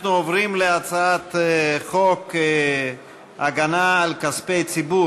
אנחנו עוברים להצעת חוק הגנה על כספי ציבור